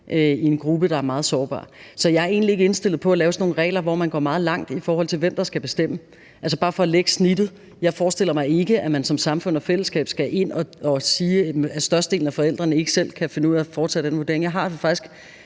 i en gruppe, der er meget sårbar. Så jeg er egentlig ikke indstillet på at lave sådan nogle regler, hvor man går meget langt i forhold til, hvem der skal bestemme. Bare for at lægge snittet: Jeg forestiller mig ikke, at man som samfund eller fællesskab skal ind og sige, at størstedelen af forældrene ikke selv kan finde ud af at foretage den vurdering. Jeg er faktisk